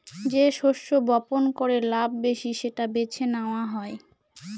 যে শস্য বপন করে লাভ বেশি সেটা বেছে নেওয়া হয়